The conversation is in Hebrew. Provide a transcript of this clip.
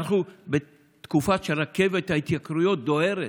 אנחנו בתקופה שרכבת ההתייקרויות דוהרת.